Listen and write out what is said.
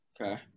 Okay